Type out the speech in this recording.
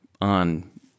on